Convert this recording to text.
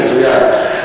מצוין.